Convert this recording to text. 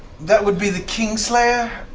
that would be the kingslayer.